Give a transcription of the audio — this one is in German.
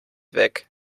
weg